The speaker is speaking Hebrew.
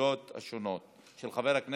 ובהתמחויות השונות, מס' 1276, של חבר הכנסת